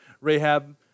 Rahab